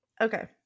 Okay